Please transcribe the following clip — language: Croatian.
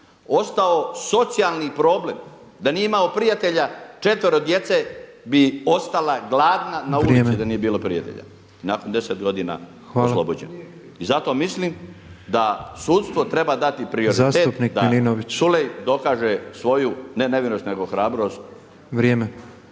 ostao socijalni problem, da nije imao prijatelja četvero djece bi ostala gladna na ulici da nije bilo prijatelja. Nakon 10 godina oslobođen. … /Upadica Petrov: Hvala./ … I zato mislim da sudstvo treba dati prioritet da Culej dokaže svoju ne nevinost nego hrabrost.